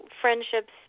friendships